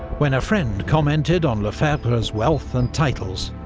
when a friend commented on lefebvre's wealth and titles,